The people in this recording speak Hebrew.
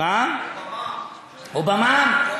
או במע"מ.